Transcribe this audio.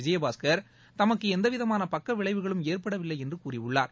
விஜயபாஸ்கர் தமக்கு எந்தவிதமான பக்கவிளைவுகளும் ஏற்படவில்லை என்று கூறியுள்ளார்